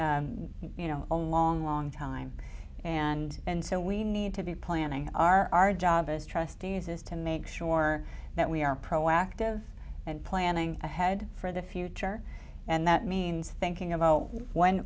you know only long long time and and so we need to be planning our our job as trustees is to make sure that we are proactive and planning ahead for the future and that means thinking about when